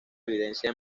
evidencia